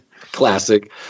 classic